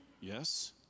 Yes